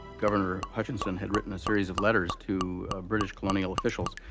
governor hutchinson had written a series of letters to british colonial officials,